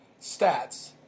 stats